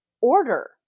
order